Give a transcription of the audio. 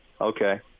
Okay